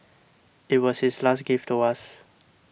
it was his last gift to us